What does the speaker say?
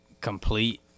complete